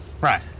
Right